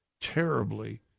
terribly